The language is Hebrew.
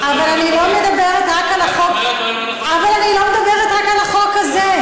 אבל אני לא מדברת רק על החוק זה.